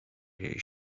jej